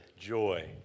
joy